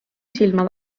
silma